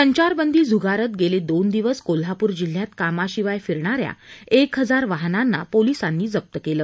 संचारबंदी झुगारत गेले दोन दिवस कोल्हापुर जिल्ह्यात कामाशिवाय फिरणाऱ्या एक हजार वाहनांना पोलिसांनी जप्त केले